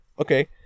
Okay